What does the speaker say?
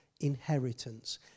inheritance